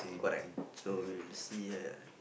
correct so we'll see her